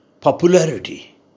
popularity